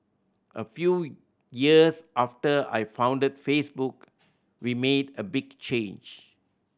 a few years after I founded Facebook we made a big change